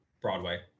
Broadway